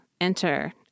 enter